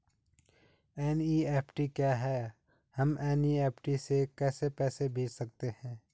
NEFT क्या है हम एन.ई.एफ.टी से कैसे पैसे भेज सकते हैं?